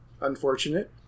Unfortunate